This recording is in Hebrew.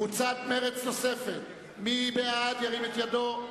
קבוצת סיעת מרצ: מי בעד, ירים את ידו.